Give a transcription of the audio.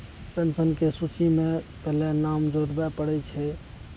पेंशनके सूचीमे पहिले नाम जोड़बै पड़ै छै